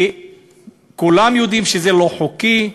כי כולם יודעים שזה לא חוקי,